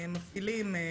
מפעילים,